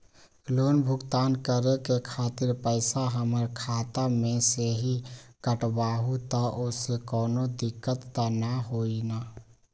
Loan भुगतान करे के खातिर पैसा हमर खाता में से ही काटबहु त ओसे कौनो दिक्कत त न होई न?